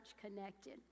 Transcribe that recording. connected